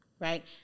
right